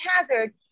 hazard